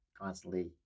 constantly